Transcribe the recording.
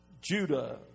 Judah